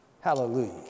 Hallelujah